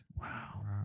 Wow